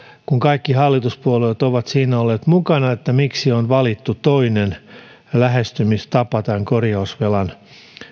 kun kaikki hallituspuolueet ovat siinä olleet mukana miksi on valittu toinen lähestymistapa tämän korjausvelan